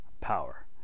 power